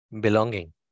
Belonging